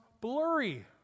blurry